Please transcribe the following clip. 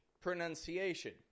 pronunciation